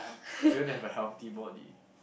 do you have a healthy body